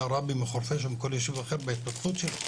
מחורפיש ומכל יישוב אחר בהתפתחות שלהם.